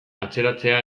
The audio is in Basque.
atzeratzea